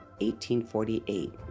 1848